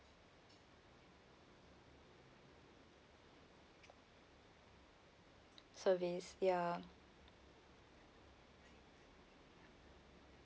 surveys ya